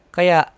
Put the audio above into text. Kaya